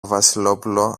βασιλόπουλο